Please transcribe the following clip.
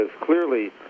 clearly